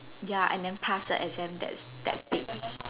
ya and then pass the exam that's that's it